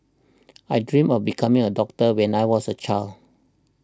I dreamt of becoming a doctor when I was a child